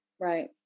Right